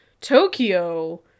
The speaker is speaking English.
Tokyo